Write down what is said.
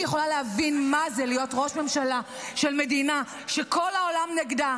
אני יכולה להבין מה זה להיות ראש ממשלה של מדינה שכל העולם נגדה,